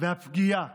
והפגיעה